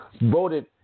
voted